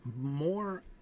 more